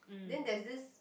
then there's this